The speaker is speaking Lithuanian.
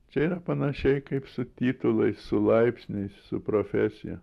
čia yra panašiai kaip su titulais su laipsniais su profesija